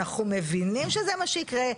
אנחנו מבינים שזה מה שיקרה,